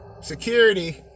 Security